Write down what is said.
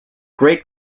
great